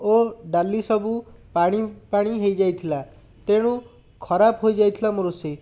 ଓ ଡାଲି ସବୁ ପାଣି ପାଣି ହେଇ ଯାଇଥିଲା ତେଣୁ ଖରାପ ହୋଇଯାଇଥିଲା ମୋ ରୋଷେଇ